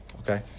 okay